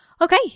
Okay